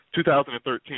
2013